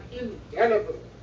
indelible